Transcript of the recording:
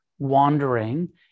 wandering